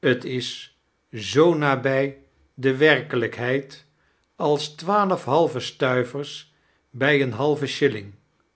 t is zoo nabij de warkelijkheid als twaalf halve stuivexs bij een halven shilling